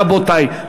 רבותי,